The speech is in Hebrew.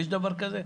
יש דבר כזה?